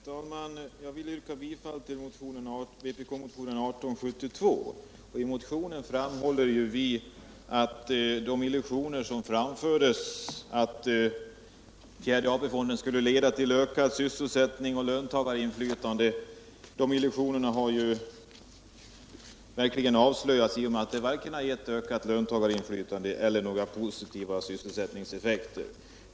Herr talman! Jag vill yrka bifall till vpk-motionen 1872. I motionen framhåller vi att illusionerna att fjärde AP-fonden skulle leda till ökad sysselsättning och ökat löntagarinflytande verkligen har slagits sönder i och med att fonden varken har get ökat löntagarinflytande eller några positiva sysselsättningseffekter.